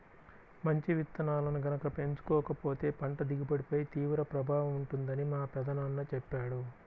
మంచి విత్తనాలను గనక ఎంచుకోకపోతే పంట దిగుబడిపై తీవ్ర ప్రభావం ఉంటుందని మా పెదనాన్న చెప్పాడు